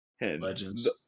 Legends